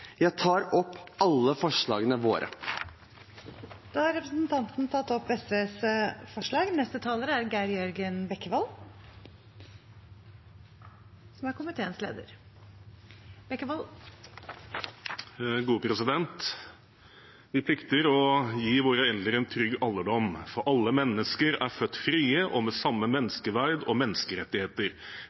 Jeg tar opp SVs forslag. Representanten Nicholas Wilkinson har tatt opp SVs forslag. Vi plikter å gi våre eldre en trygg alderdom, for «Alle mennesker er født frie og med samme menneskeverd og menneskerettigheter.